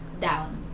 down